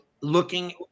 looking